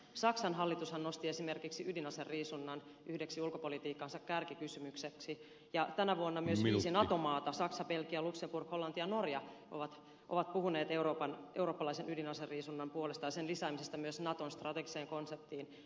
saksan hallitushan nosti esimerkiksi ydinaseriisunnan yhdeksi ulkopolitiikkansa kärkikysymykseksi ja tänä vuonna myös viisi nato maata saksa belgia luxemburg hollanti ja norja ovat puhuneet eurooppalaisen ydinaseriisunnan puolesta ja sen lisäämisestä myös naton strategiseen konseptiin